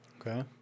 Okay